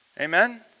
Amen